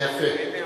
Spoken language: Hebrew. זה יפה.